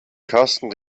karsten